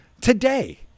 today